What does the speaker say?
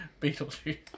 Beetlejuice